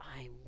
I'm